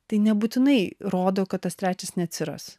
tai nebūtinai rodo kad tas trečias neatsiras